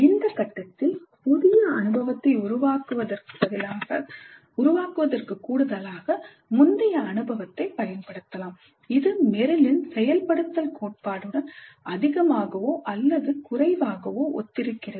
இந்த கட்டத்தில் புதிய அனுபவத்தை உருவாக்குவதற்கு கூடுதலாக முந்தைய அனுபவத்தைப் பயன்படுத்தலாம் இது Merrillன் செயல்படுத்தல் கோட்பாட்டுடன் அதிகமாகவோ அல்லது குறைவாகவோ ஒத்திருக்கிறது